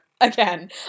again